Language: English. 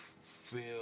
feel